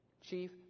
Chief